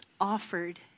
offered